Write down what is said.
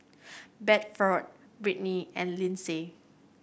Bedford Britny and Lindsey